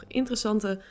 interessante